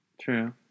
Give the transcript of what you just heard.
True